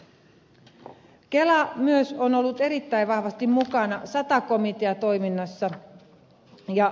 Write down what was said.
kela on myös ollut erittäin vahvasti mukana sata komitean toiminnassa